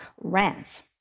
rants